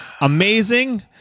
amazing